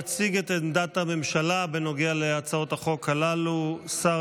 יציג את עמדת הממשלה בנוגע להצעות החוק הללו שר